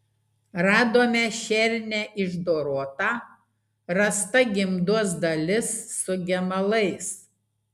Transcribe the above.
radome šernę išdorotą rasta gimdos dalis su gemalais